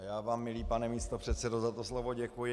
Já vám, milý pane místopředsedo, za to slovo děkuji.